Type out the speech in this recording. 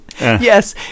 Yes